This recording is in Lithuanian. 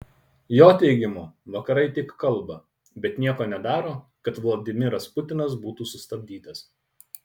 jo teigimu vakarai tik kalba bet nieko nedaro kad vladimiras putinas būtų sustabdytas